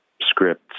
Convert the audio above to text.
scripts